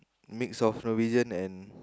mixed of Persian and